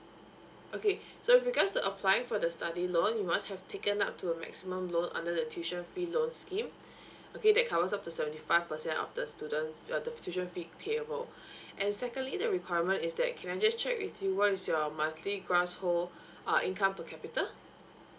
okay so with regards to applying for the study loan you must have taken up to a maximum loan under the tuition fee loan scheme okay that covers up to seventy five percent of the student fe~ uh the tuition fee payable and secondly the requirement is that can I just check with you what is your monthly household uh income per capita